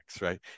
right